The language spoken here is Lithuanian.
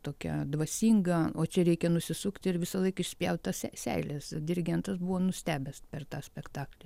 tokia dvasinga o čia reikia nusisukti ir visą laiką išspjaut tas se seiles dirigentas buvo nustebęs per tą spektaklį